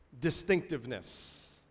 distinctiveness